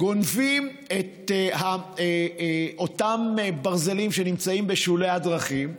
גונבים את אותם ברזלים שנמצאים בשולי הדרכים,